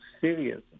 serious